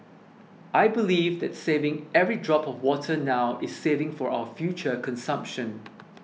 I believe that saving every drop of water now is saving for our future consumption